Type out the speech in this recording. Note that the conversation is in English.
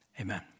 amen